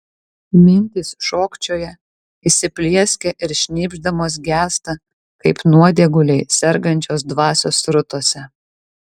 mintys šokčioja įsiplieskia ir šnypšdamos gęsta kaip nuodėguliai sergančios dvasios srutose